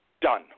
done